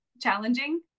challenging